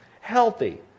healthy